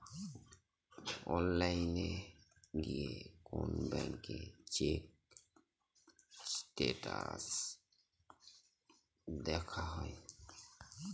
অনলাইনে গিয়ে কোন ব্যাঙ্কের চেক স্টেটাস দেখা যায়